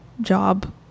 job